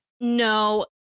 No